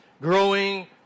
growing